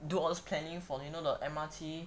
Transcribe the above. do all those planning for the you know the M_R_T